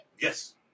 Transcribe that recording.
Yes